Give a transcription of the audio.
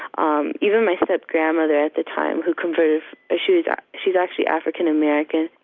um even my step-grandmother at the time who converted ah she's yeah she's actually african-american.